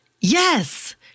Yes